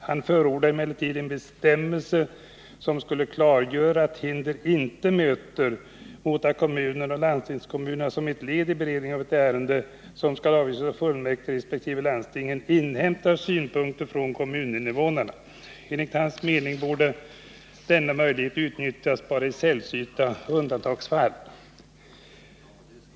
Han förordade emellertid en bestämmelse som skulle klargöra att hinder inte möter mot att kommunerna och landstingskommunerna som ett led i beredningen av ett ärende, som skall avgöras av fullmäktige resp. landstinget, inhämtar synpunkter från kommuninvånarna. Enligt hans mening borde denna möjlighet utnyttjas bara i sällsynta undantagsfall.